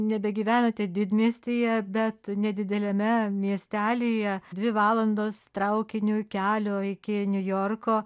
nebegyvenate didmiestyje bet nedideliame miestelyje dvi valandos traukiniui kelio iki niujorko